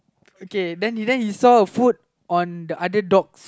okay then then he saw a food on the other dog's